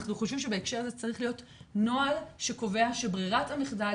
אנחנו חושבים שבהקשר הזה צריך להיות נוהל שקובע שברירת המחדל